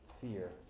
fear